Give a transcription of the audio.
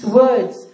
words